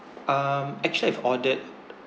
um actually I've ordered